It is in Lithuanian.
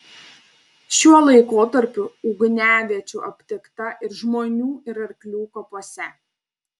šiuo laikotarpiu ugniaviečių aptikta ir žmonių ir arklių kapuose